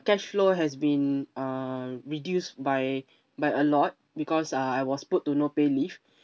cash flow has been uh reduced by by a lot because uh I was put to no pay leave